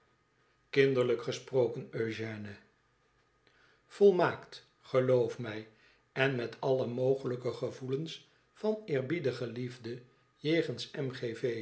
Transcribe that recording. kinderlijk gesproken eugène volmaakt geloof mij en met alle mogelijke gevoelens van eerbiedige liefde jegens